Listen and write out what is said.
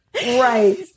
Right